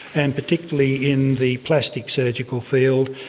and, particularly in the plastic surgical field,